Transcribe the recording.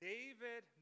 David